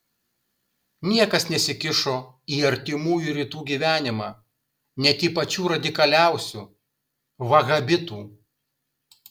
niekas nesikišo į artimųjų rytų gyvenimą net į pačių radikaliausių vahabitų